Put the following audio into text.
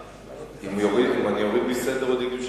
אם אני אוריד מסדר-היום,